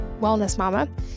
wellnessmama